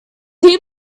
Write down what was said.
eat